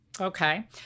Okay